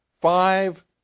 five